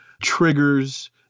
triggers